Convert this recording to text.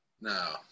No